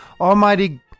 Almighty